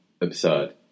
absurd